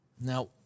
Now